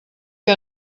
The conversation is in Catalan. que